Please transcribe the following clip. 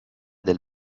del